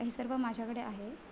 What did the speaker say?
हे सर्व माझ्याकडे आहे